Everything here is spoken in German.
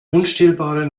unstillbare